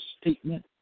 statement